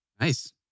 Nice